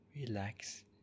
relax